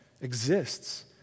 exists